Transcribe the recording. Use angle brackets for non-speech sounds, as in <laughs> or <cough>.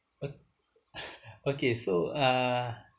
oh <laughs> okay so uh